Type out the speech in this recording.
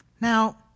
Now